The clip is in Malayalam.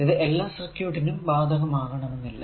ഇത് എല്ലാ സർക്യൂട്ടിനും ബാധകമാകണമെന്നില്ല